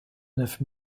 neuf